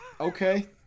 okay